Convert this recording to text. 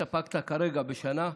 שהסתפקת כרגע בשנה,